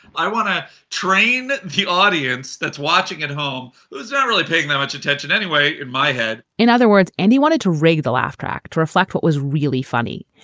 i want to train the audience that's watching at home who's not really paying that much attention anyway in my head. in other words, andy wanted to rig the laugh track to reflect what was really funny.